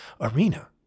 arena